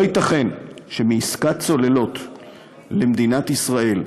לא ייתכן שמעסקת צוללות למדינת ישראל,